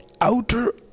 outer